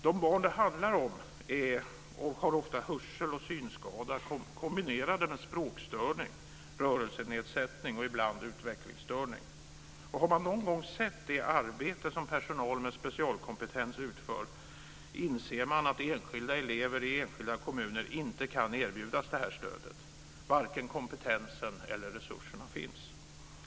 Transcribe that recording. De barn som det handlar om har ofta hörsel och synskada i kombination med språkstörning, rörelsenedsättning och, ibland, utvecklingsstörning. Har man någon gång sett det arbete som personal med specialkompetens utför inser man att enskilda elever i enskilda kommuner inte kan erbjudas det här stödet. Varken kompetensen eller resurserna finns.